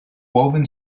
woven